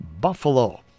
Buffalo